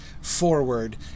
forward